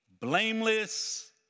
blameless